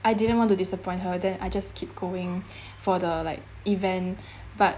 I didn't want to disappoint her then I just keep going for the like event but